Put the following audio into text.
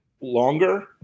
longer